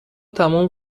تموم